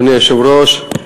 אדוני היושב-ראש,